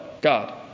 God